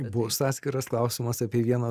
bus atskiras klausimas apie vieną